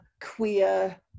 queer